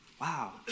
Wow